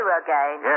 again